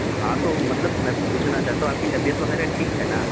ہاں تو مطلب میں پوچھنا چاہتا ہوں آپ کی طبیعت وغیرہ ٹھیک ہے نا